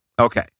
Okay